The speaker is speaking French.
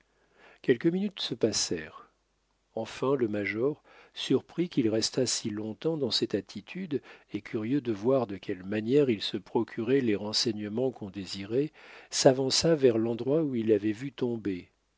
quelques minutes se passèrent enfin le major surpris qu'il restât si longtemps dans cette attitude et curieux de voir de quelle manière il se procurait les renseignements qu'on désirait s'avança vers l'endroit où il l'avait vu tomber